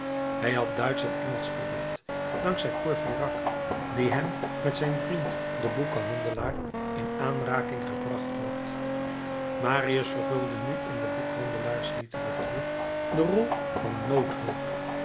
hij had duitsch en engelsch geleerd dank zij courfeyrac die hem met zijn vriend den boekhandelaar in aanraking gebracht had marius vervulde nu in de boekhandelaarsliteratuur de rol van